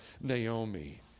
Naomi